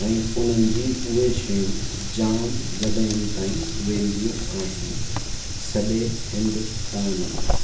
ऐं उन्हनि जी उहे शयूं जामु जॻहियुनि ताईं वेंदियूं आहिनि सॼे हिन्दुस्तान में